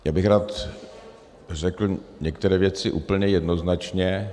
Já bych rád řekl některé věci úplně jednoznačně.